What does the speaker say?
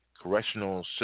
correctional